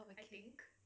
okay